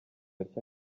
atya